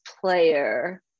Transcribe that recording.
player